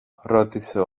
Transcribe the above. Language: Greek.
ρώτησε